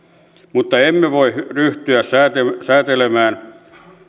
mutta emme voi ryhtyä säätelemään säätelemään